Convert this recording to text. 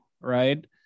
right